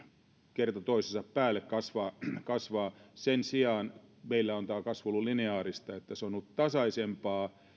kerta toisensa päälle kasvaa kasvaa sen sijaan meillä on tämä kasvu ollut lineaarista eli se on ollut tasaisempaa